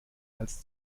als